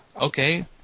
okay